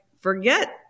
forget